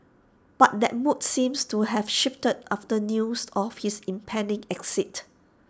but that mood seems to have shifted after news of his impending exit